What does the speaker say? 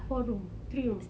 four room three room